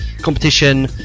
competition